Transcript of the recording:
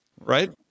Right